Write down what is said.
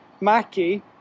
Mackie